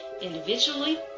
individually